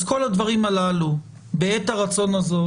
אז כל הדברים הללו בעת הרצון הזו,